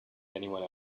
anyone